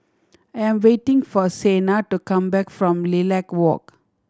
I am waiting for Sena to come back from Lilac Walk